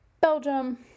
Belgium